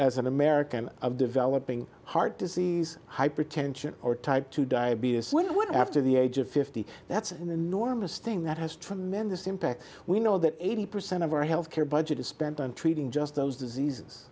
as an american of developing heart disease hypertension or type two diabetes when i would after the age of fifty that's an enormous thing that has tremendous impact we know that eighty percent of our health care budget is spent on treating just those diseases